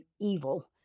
evil